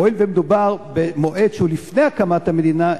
הואיל ומדובר במועד שהוא לפני הקמת המדינה,